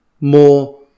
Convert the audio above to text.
more